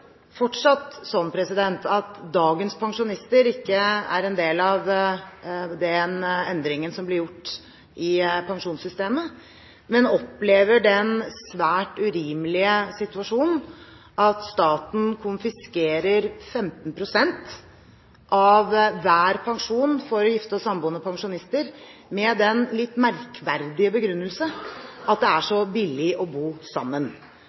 fortsatt slik at dagens pensjonister ikke er en del av den endringen som ble gjort i pensjonssystemet. De opplever den svært urimelige situasjonen at staten konfiskerer 15 pst. av hver pensjon for gifte og samboende pensjonister, med den litt merkverdige begrunnelsen at det er så billig å bo sammen.